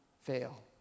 fail